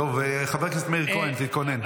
טוב, חבר הכנסת מאיר כהן, תתכונן.